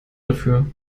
dafür